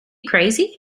crazy